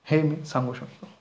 हे मी सांगू शकतो